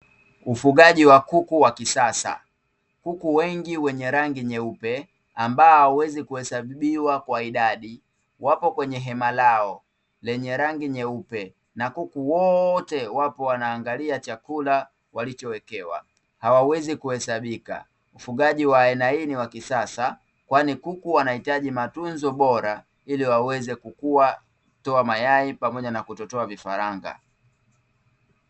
Ufugaji wa kuku wa kisasa. Kuku wengi wenye rangi nyeupe ambao hawawezi kuhesabiwa kwa idadi, wapo kwenye hema lao lenye rangi nyeupe, na kuku wote wapo wanaangalia chakula walichowekewa, hawawezi kuhesabika. Ufugaji wa aina hii ni wa kisasa, kwani kuku wanahitaji matunzo bora ili waweze kukua, kutoa mayai, pamoja na kutotoa vifaranga.